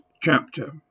chapter